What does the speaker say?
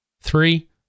Three